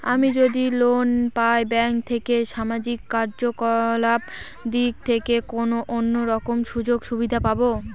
আমি যদি লোন পাই ব্যাংক থেকে সামাজিক কার্যকলাপ দিক থেকে কোনো অন্য রকম সুযোগ সুবিধা পাবো?